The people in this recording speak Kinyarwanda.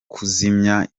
kuzimya